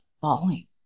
falling